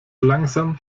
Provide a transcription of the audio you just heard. langsam